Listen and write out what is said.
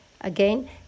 again